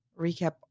recap